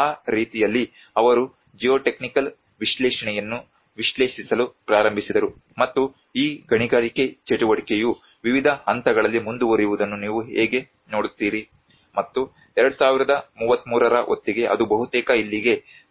ಆ ರೀತಿಯಲ್ಲಿ ಅವರು ಜಿಯೋಟೆಕ್ನಿಕಲ್ ವಿಶ್ಲೇಷಣೆಯನ್ನು ವಿಶ್ಲೇಷಿಸಲು ಪ್ರಾರಂಭಿಸಿದರು ಮತ್ತು ಈ ಗಣಿಗಾರಿಕೆ ಚಟುವಟಿಕೆಯು ವಿವಿಧ ಹಂತಗಳಲ್ಲಿ ಮುಂದುವರಿಯುವುದನ್ನು ನೀವು ಹೇಗೆ ನೋಡುತ್ತೀರಿ ಮತ್ತು 2033 ರ ಹೊತ್ತಿಗೆ ಅದು ಬಹುತೇಕ ಇಲ್ಲಿಗೆ ತಲುಪುತ್ತದೆ